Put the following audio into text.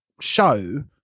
show